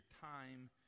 time